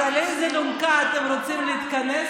אז על איזה אלונקה אתם רוצים להתכנס,